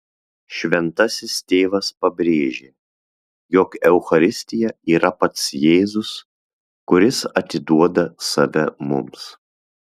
šventasis tėvas pabrėžė jog eucharistija yra pats jėzus kuris atiduoda save mums